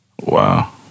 Wow